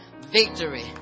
Victory